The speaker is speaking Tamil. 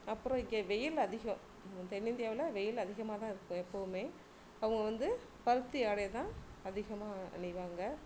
அப்புறம் இங்கே வெயில் அதிகம் நம்ம தென்னிந்தியாவில் வெயில் அதிகமாகதான் இருக்கும் எப்போதுமே அவங்க வந்து பருத்தி ஆடை தான் அதிகமாக அணிவாங்க